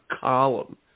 column